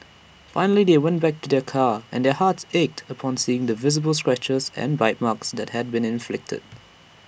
finally they went back to their car and their hearts ached upon seeing the visible scratches and bite marks that had been inflicted